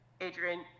Adrian